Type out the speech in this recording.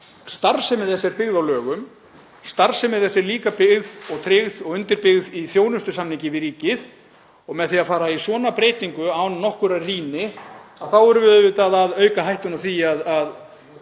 starfsemi þess er byggð á lögum. Starfsemi þess er líka byggð og tryggð og undirbyggð í þjónustusamningi við ríkið og með því að fara í svona breytingu án nokkurrar rýni þá erum við auðvitað að auka hættuna á því að